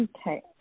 Okay